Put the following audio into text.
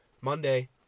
Monday